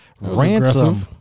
Ransom